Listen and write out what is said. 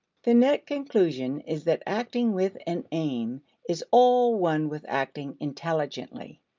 the net conclusion is that acting with an aim is all one with acting intelligently.